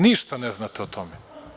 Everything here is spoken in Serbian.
Ništa ne znate o tome.